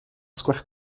square